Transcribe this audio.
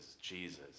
Jesus